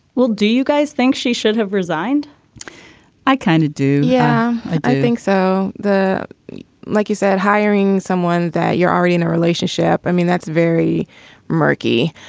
well do you guys think she should have resigned i kind of do. yeah i think so. the like you said hiring someone that you're already in a relationship. i mean that's very murky.